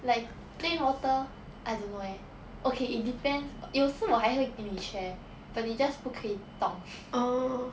like plain water I don't know eh okay it depends 有时候我还会跟你 share but 你 just 不可以动